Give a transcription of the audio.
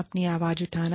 अपनी आवाज उठाना